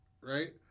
right